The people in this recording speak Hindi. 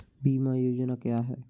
बीमा योजना क्या है?